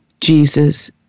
Jesus